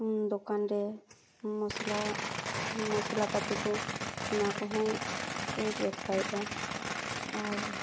ᱫᱚᱠᱟᱱ ᱨᱮ ᱢᱚᱥᱞᱟ ᱢᱚᱥᱞᱟ ᱯᱟᱹᱛᱤ ᱠᱚ ᱚᱱᱟ ᱠᱚᱦᱚᱸ ᱠᱚ ᱵᱮᱵᱥᱟᱭᱮᱫᱼᱟ ᱟᱨ